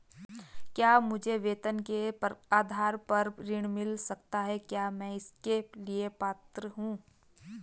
क्या मुझे वेतन के आधार पर ऋण मिल सकता है क्या मैं इसके लिए पात्र हूँ?